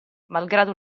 malgrado